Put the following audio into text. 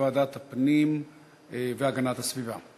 בוועדת הפנים והגנת הסביבה.